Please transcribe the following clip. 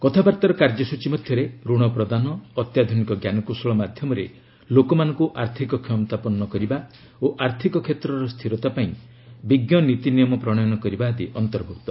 କଥାବାର୍ତ୍ତାର କାର୍ଯ୍ୟସୂଚୀ ମଧ୍ୟରେ ଋଣ ପ୍ରଦାନ ଆତ୍ୟାଧୁନିକ ଜ୍ଞାନକୌଶଳ ମାଧ୍ୟମରେ ଲୋକମାନଙ୍କୁ ଆର୍ଥକ କ୍ଷମତାପନ୍ନ କରିବା ଓ ଆର୍ଥକ କ୍ଷେତ୍ରର ସ୍ଥିରତା ପାଇଁ ବିଜ୍ଞ ନୀତିନିୟମ ପ୍ରଶୟନ କରିବା ଆଦି ଅନ୍ତର୍ଭୁକ୍ତ